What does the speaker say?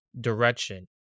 direction